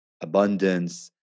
Abundance